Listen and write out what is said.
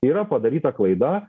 yra padaryta klaida